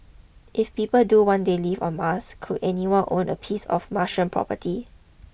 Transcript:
if people do one day live on Mars could anyone own a piece of Martian property